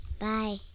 Bye